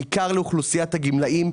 בעיקר לאוכלוסיית הגמלאים,